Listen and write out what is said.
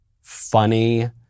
funny